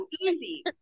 easy